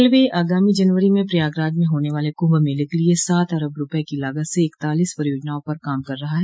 railway आगामी जनवरी में प्रयागराज में होने वाले कुंभ मेले के लिए सात अरब रुपए की लागत से इकतालीस परियोजनाओं पर काम कर रहा है